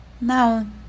Now